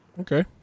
okay